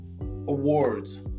awards